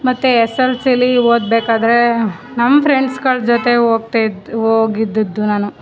ಮತ್ತೇ S L C ಲಿ ಓದಬೇಕಾದ್ರೆ ನಮ್ಮ ಫ್ರೆಂಡ್ಸುಗಳ ಜೊತೆ ಹೋಗ್ತಾ ಇದ್ದು ಹೋಗಿದ್ದಿದ್ದು ನಾನು